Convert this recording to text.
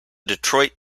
detroit